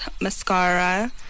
mascara